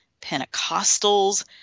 Pentecostals